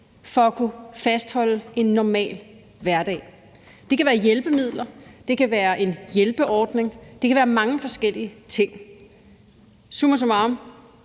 for at kunne fastholde en normal hverdag, og det kan være hjælpemidler, det kan være en hjælpeordning, og det kan være mange forskellige ting. Summa summarum: